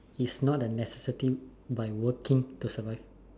is not a necessity by working to survive